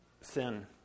sin